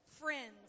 Friends